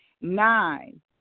Nine